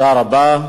תודה רבה.